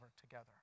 together